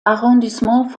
arrondissements